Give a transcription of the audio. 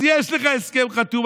אז יש לך הסכם חתום.